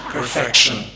Perfection